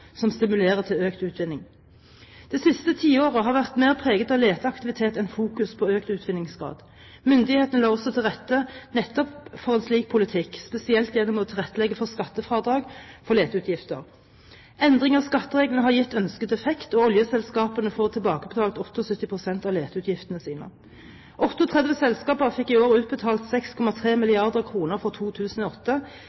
som stimulerer til økt utvinning. Det siste tiåret har vært mer preget av leteaktivitet enn fokus på økt utvinningsgrad. Myndighetene la også til rette nettopp for en slik politikk, spesielt gjennom å tilrettelegge for skattefradrag for leteutgifter. Endring av skattereglene har gitt ønsket effekt, og oljeselskapene får tilbakebetalt 78 pst. av leteutgiftene sine. 38 selskaper fikk i år utbetalt 6,3